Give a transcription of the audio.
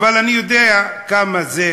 אבל אני יודע כמה זה